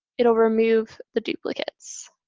it'll remove the duplicates.